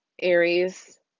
Aries